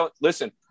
Listen